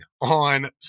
on